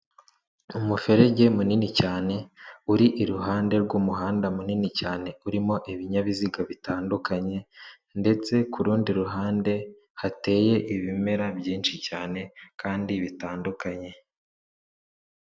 Umuferege munini cyane uri iruhande rw'umuhanda munini cyane, urimo ibinyabiziga bitandukanye ndetse ku rundi ruhande hateye ibimera byinshi cyane kandi bitandukanye.